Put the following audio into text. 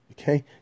okay